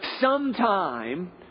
sometime